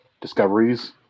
discoveries